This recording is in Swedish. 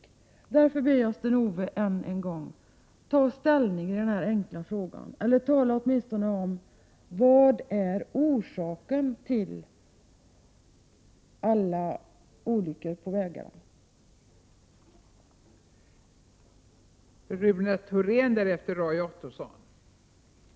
Jag ber därför än en gång Sten-Ove Sundström: Ta ställning i den här enkla frågan, eller tala åtminstone om orsaken till alla de olyckor som inträffar på vägarna.